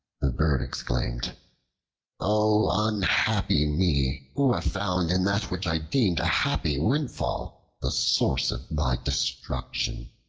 the bird exclaimed o unhappy me! who have found in that which i deemed a happy windfall the source of my destruction.